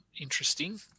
interesting